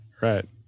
Right